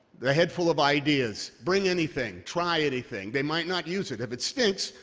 the headful of ideas. bring anything, try anything. they might not use it. if it stinks,